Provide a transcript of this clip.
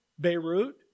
Beirut